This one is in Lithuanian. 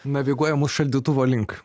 naviguoja mus šaldytuvo link